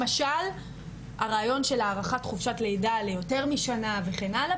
למשל הרעיון של הארכת חופשת לידה ליותר משנה וכך הלאה,